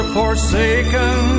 forsaken